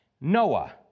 Noah